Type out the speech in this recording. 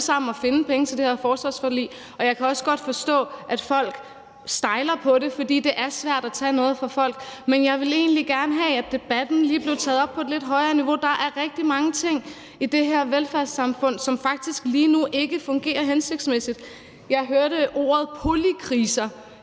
sammen at finde penge til det her forsvarsforlig, og jeg kan også godt forstå, at folk stejler over det, for det er svært at tage noget fra folk. Men jeg ville egentlig gerne have, at debatten lige blev taget op på et lidt højere niveau. Der er rigtig mange ting i det her velfærdssamfund, som faktisk lige nu ikke fungerer hensigtsmæssigt. Jeg hørte ordet polykriser